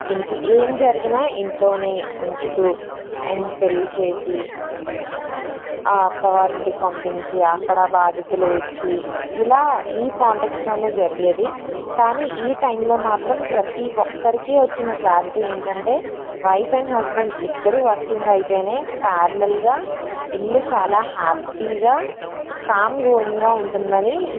ఇంట్లో ఏమి జరిగినా ఇంట్లో ఉంచుతు అండ్ పెళ్ళి చేసి ఆ అత్తవారింటికి పంపించి అక్కడ బాధ్యతలు ఇచ్చి ఇలా ఈ కాంటక్ట్స్లో జరిగేది కానీ ఈ టైంలో మాత్రం ప్రతి ఒక్కరికి వచ్చిన క్లారిటీ ఏంటంటే వైఫ్ అండ్ హస్బెండ్ ఇద్దరు వర్కింగ్ అయితే ప్యార్లల్గా ఇల్లు చాలా హ్యాపీగా కామ్ గోయింగ్గా ఉంటుంది అని